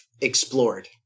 explored